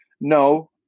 no